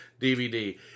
DVD